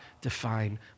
define